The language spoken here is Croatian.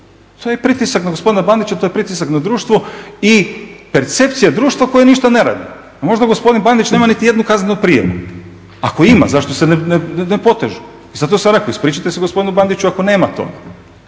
to je pritisak na gospodina Bandića, to je pritisak na društvo i percepcija društva koje ništa ne radi. Možda gospodin Bandić nema nitijednu kaznenu prijavu. Ako ima zašto se ne poteže? I zato sam rekao ispričajte se gospodinu Bandiću ako nema toga?